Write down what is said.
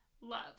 love